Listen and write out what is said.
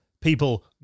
people